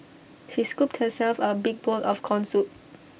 she scooped herself A big bowl of Corn Soup